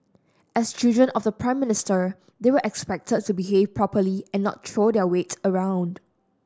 as children of the Prime Minister they were expected to behave properly and not throw their weight around